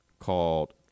Called